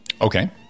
Okay